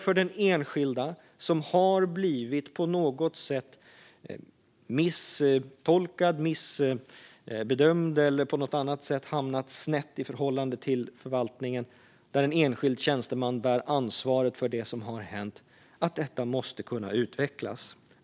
För den enskilde som på något sätt har blivit misstolkad eller missbedömd eller på annat sätt hamnat snett i förhållande till förvaltningen, där en enskild tjänsteman bär ansvaret för det som har hänt, måste detta kunna utvecklas.